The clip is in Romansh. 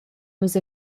nus